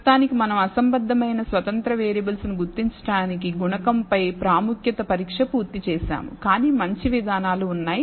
ప్రస్తుతానికి మనం అసంబద్ధమైన స్వతంత్ర వేరియబుల్స్ ను గుర్తించడానికి గుణకం పై ప్రాముఖ్యత పరీక్షపూర్తి చేశాము కానీ మంచి విధానాలు ఉన్నాయి